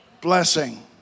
blessing